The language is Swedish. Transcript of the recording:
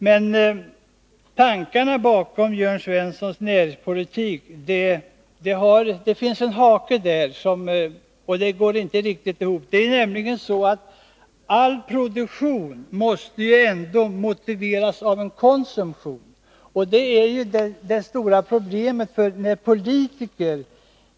Men när det gäller tanken bakom Jörn Svenssons näringspolitik, så finns det en hake. Det hela går inte riktigt ihop. Det är nämligen så att all produktion måste motiveras av en konsumtion. Det är det stora problemet.